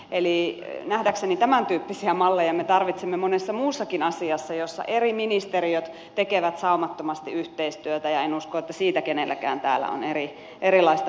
eli nähdäkseni tämäntyyppisiä malleja me tarvitsemme monessa muussakin asiassa niin että eri ministeriöt tekevät saumattomasti yhteistyötä ja en usko että siitä kenelläkään täällä on erilaista näkemystä